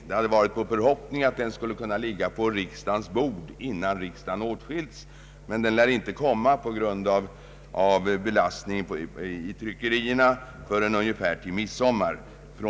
Det var vår förhoppning att den skulle kunna ligga på riksdagens bord innan riksdagen åtskiljs, men den lär på grund av belastningen i tryckerierna inte kunna komma ut förrän ungefär till midsommar.